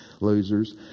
Losers